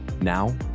now